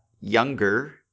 younger